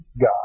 God